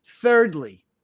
Thirdly